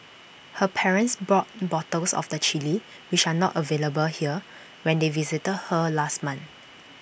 her parents brought bottles of the Chilli which are not available here when they visited her last month